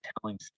telling